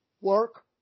work